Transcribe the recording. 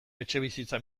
etxebizitza